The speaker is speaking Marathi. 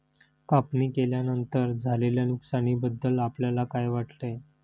कापणी केल्यानंतर झालेल्या नुकसानीबद्दल आपल्याला काय वाटते?